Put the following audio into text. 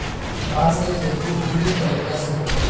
बांस के खेती दू तरीका से होखेला